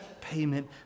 payment